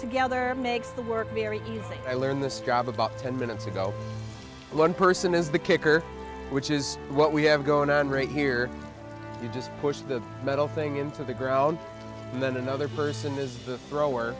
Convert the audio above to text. together makes the work very easy i learned this job about ten minutes ago one person is the kicker which is what we have going on right here you just push the metal thing into the ground and then another person is